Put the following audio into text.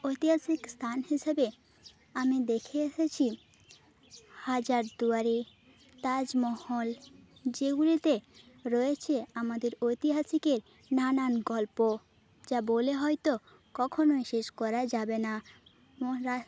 ঐতিহাসিক স্থান হিসেবে আমি দেখে এসেছি হাজারদুয়ারি তাজমহল যেগুলিতে রয়েছে আমাদের ঐতিহাসিকের নানান গল্প যা বলে হয়তো কখনোই শেষ করা যাবে না